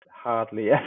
Hardly